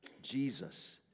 Jesus